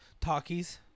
Talkies